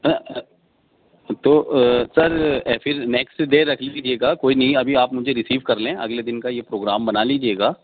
تو سر پھر next day رکھ لیجیے گا کوئی نہیں ابھی آپ مجھے ریسیو کر لیں اگلے دن کا یہ پروگرام بنا لیجیے گا